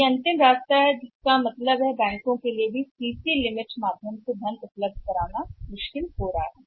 तो यह अंतिम रास्ता निकल रहा है इसलिए इसका मतलब है सीसी सीमा के माध्यम से धन उपलब्ध कराना यहां तक कि बैंकों के लिए भी मुश्किल हो रहा है